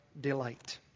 delight